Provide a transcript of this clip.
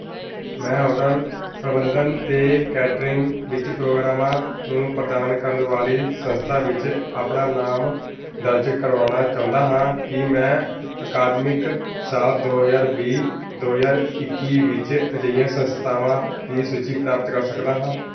ਮੈਂ ਹੋਟਲ ਪ੍ਰਬੰਧਨ ਅਤੇ ਕੈਟਰਿੰਗ ਵਿੱਚ ਪ੍ਰੋਗਰਾਮਾਂ ਨੂੰ ਪ੍ਰਦਾਨ ਕਰਨ ਵਾਲੀ ਸੰਸਥਾ ਵਿੱਚ ਆਪਣਾ ਨਾਮ ਦਰਜ ਕਰਵਾਉਣਾ ਚਾਹੁੰਦਾ ਹਾਂ ਕੀ ਮੈਂ ਅਕਾਦਮਿਕ ਸਾਲ ਦੋ ਹਜ਼ਾਰ ਵੀਹ ਦੋ ਹਜ਼ਾਰ ਇੱਕੀ ਵਿੱਚ ਅਜਿਹੀਆਂ ਸੰਸਥਾਵਾਂ ਦੀ ਸੂਚੀ ਪ੍ਰਾਪਤ ਕਰ ਸਕਦਾ ਹਾਂ